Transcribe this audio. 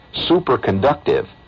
superconductive